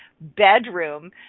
bedroom